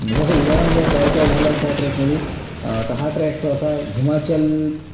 जसं उदाहरण जर द्यायचं झाल्यास ह्या ट्रेकमध्ये तं हा ट्रॅक सहसा हिमाचल